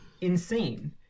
insane